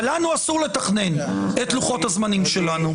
אבל לנו אסור לתכנן את לוחות-הזמנים שלנו,